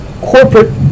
corporate